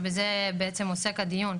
שבזה בעצם עוסק הדיון,